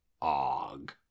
Og